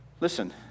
listen